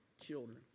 children